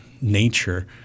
nature